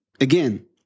again